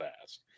fast